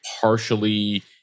partially